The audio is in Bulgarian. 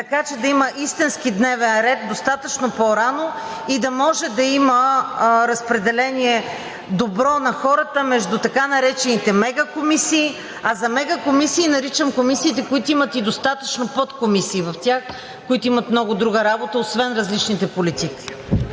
така че да има истински дневен ред достатъчно по-рано и да може да има добро разпределение на хората между така наречените мегакомисии. А мегакомисии наричам комисиите, които имат и достатъчно подкомисии в тях, които имат много друга работа освен различните политики.